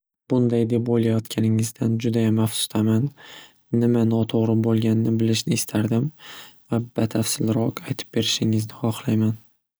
Bunday deb o'ylayotganingizdan judayam afsusdaman nima noto'g'ri bo'lganini bilishni istardim va batafsilroq aytib berishingizni xohlayman.